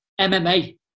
MMA